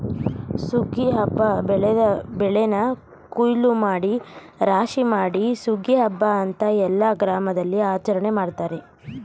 ಸುಗ್ಗಿ ಹಬ್ಬ ಬೆಳೆದ ಬೆಳೆನ ಕುಯ್ಲೂಮಾಡಿ ರಾಶಿಮಾಡಿ ಸುಗ್ಗಿ ಹಬ್ಬ ಅಂತ ಎಲ್ಲ ಗ್ರಾಮದಲ್ಲಿಆಚರಣೆ ಮಾಡ್ತಾರೆ